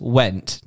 went